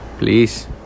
Please